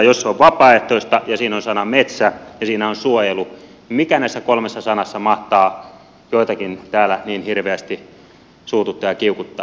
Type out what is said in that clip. jos se on vapaaehtoista ja siinä on sana metsä ja siinä on suojelu niin mikä näissä kolmessa sanassa mahtaa joitakin täällä niin hirveästi suututtaa ja kiukuttaa